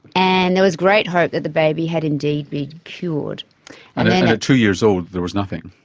and there was great hope that the baby had indeed been cured. and and at two years old there was nothing.